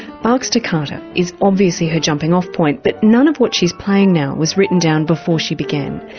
bach's toccata is obviously her jumping off point but none of what she's playing now was written down before she began.